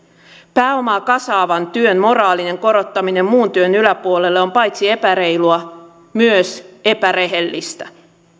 pääomaa kasaavan työn moraalinen korottaminen muun työn yläpuolelle on paitsi epäreilua myös epärehellistä